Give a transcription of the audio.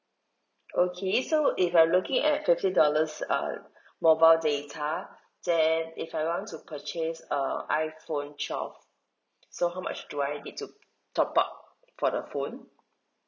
okay so if I'm looking at fifty dollars err mobile data then if I want to purchase err iphone twelve so how much do I need to top up for the phone